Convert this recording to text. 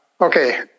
okay